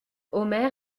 omer